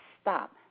stop